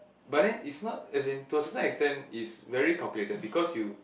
but then is not as in to a certain extent is very calculated because you